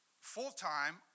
full-time